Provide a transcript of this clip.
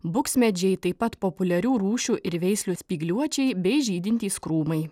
buksmedžiai taip pat populiarių rūšių ir veislių spygliuočiai bei žydintys krūmai